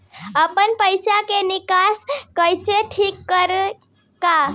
आपनपईसा के निवेस कईल ठीक रही का?